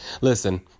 listen